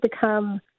become